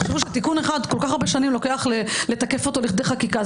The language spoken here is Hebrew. תחשבו שתיקון אחד כל כך הרבה שנים לוקח לתקף אותו לכדי חקיקה,